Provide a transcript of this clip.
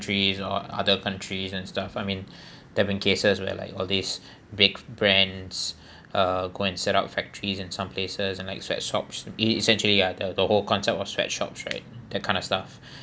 countries or other countries and stuff I mean there've been cases where like all these big brands uh go and set up factories in some places and like sweatshops e~ essentially I tell you the whole concept of sweatshops right that kind of stuff